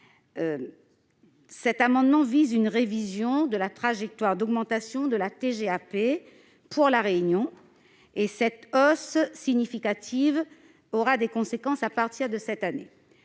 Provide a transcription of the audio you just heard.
Il tend à une révision de la trajectoire d'augmentation de la TGAP pour La Réunion- hausse significative qui aura des conséquences à partir de cette année.